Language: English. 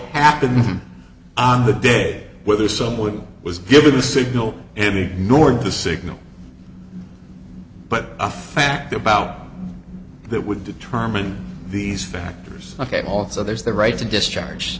happened on the day whether someone was given a signal and ignored the signal but a fact about that would determine these factors ok also there's the right to discharge